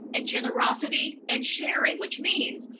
and generosity, and sharing. which means,